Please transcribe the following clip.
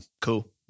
cool